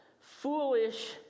foolish